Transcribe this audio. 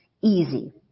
easy